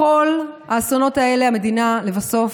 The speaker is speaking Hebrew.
בכל האסונות האלה המדינה לבסוף,